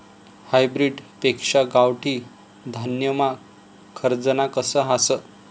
hybrid पेक्शा गावठी धान्यमा खरजना कस हास